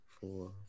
four